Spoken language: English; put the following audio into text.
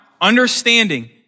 understanding